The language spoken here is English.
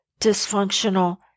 dysfunctional